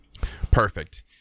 Perfect